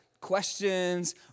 questions